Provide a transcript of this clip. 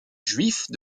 juifs